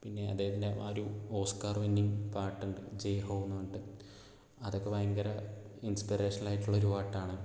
പിന്നെ അദ്ദേഹത്തിൻ്റെ ആ ഒരു ഓസ്കാർ വിന്നിങ് പാട്ടുണ്ട് ജയ് ഹോ എന്ന് പറഞ്ഞിട്ട് അതൊക്കെ ഭയങ്കര ഇൻസ്പിറേഷനൽ ആയിട്ടുള്ള ഒരു പാട്ടാണ്